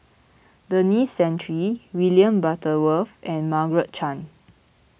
Denis Santry William Butterworth and Margaret Chan